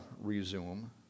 resume